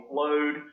load